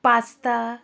pasta